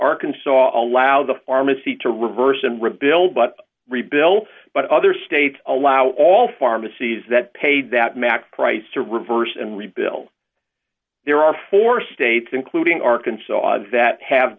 arkansas allow the pharmacy to reverse and rebuild but rebuilt but other states allow all pharmacies that paid that max price to reverse and rebuild there are four dollars states including arkansas that have